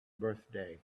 birthday